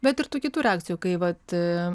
bet ir tų kitų reakcijų kai vat